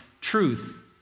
truth